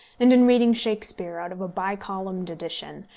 and in reading shakespeare out of a bi-columned edition,